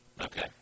Okay